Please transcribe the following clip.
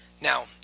Now